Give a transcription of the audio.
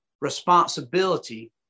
responsibility